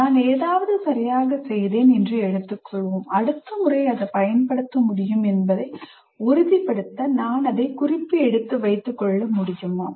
நான் ஏதாவது சரியாகச் செய்தேன் என்று எடுத்துக்கொள்வோம் அடுத்த முறை அதைப் பயன்படுத்த முடியும் என்பதை உறுதிப்படுத்த நான் அதைக் குறித்து வைத்துக்கொள்ள முடியுமா